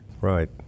Right